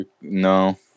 No